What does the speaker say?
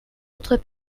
autres